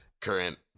current